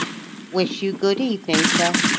wish you good evening, sir,